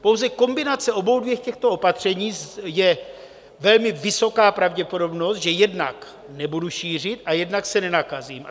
Pouze kombinací obou dvou těchto opatření je velmi vysoká pravděpodobnost, že jednak nebudu šířit a jednak se nenakazím.